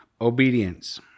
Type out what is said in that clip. obedience